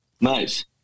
Nice